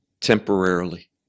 temporarily